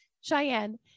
Cheyenne